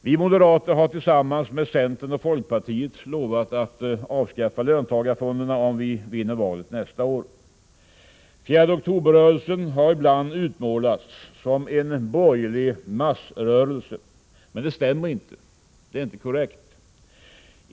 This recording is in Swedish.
Vi moderater har tillsammans med centern och folkpartiet lovat att avskaffa löntagarfonderna, om vi vinner valet nästa år. 4 oktober-rörelsen har ibland utmålats som en borgerlig massrörelse, men det stämmer inte, det är inte korrekt.